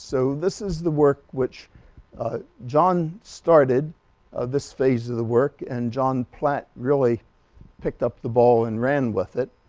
so this is the work which ah john started this phase of the work and john platt really picked up the ball and ran with it